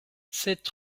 sept